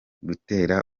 gutera